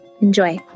enjoy